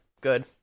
good